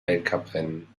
weltcuprennen